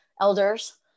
elders